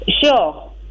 Sure